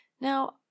Now